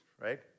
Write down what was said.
right